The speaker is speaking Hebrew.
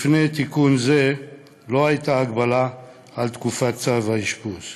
לפני תיקון זה לא הייתה הגבלה על תקופת צו האשפוז.